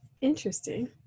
Interesting